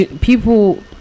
people